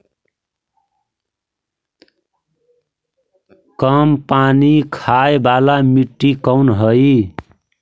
कम पानी खाय वाला मिट्टी कौन हइ?